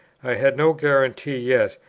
i had no guarantee yet,